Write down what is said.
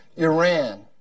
iran